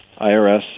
IRS